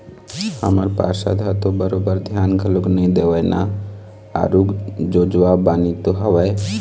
हमर पार्षद ह तो बरोबर धियान घलोक नइ देवय ना आरुग जोजवा बानी तो हवय